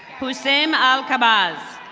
hussaim al kabas.